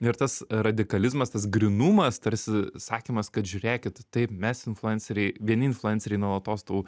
ir tas radikalizmas tas grynumas tarsi sakymas kad žiūrėkit taip mes influenceriai vieni influenceriai nuolatos tau